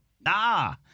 Nah